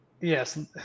yes